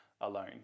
alone